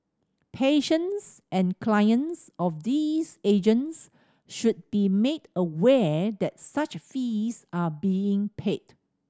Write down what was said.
patients and clients of these agents should be made aware that such fees are being paid